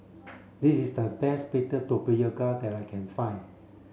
this is the best baked tapioca that I can find